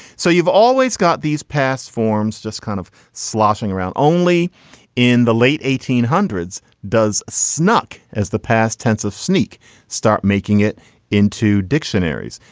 so you've always got these pass forms just kind of sloshing around. only in the late eighteen hundreds does snuck as the past tense of sneak start making it into dictionaries.